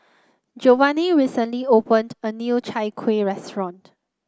Giovanni recently opened a new Chai Kuih Restaurant